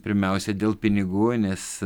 pirmiausia dėl pinigų nes